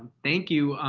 thank you.